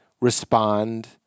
respond